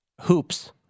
Hoops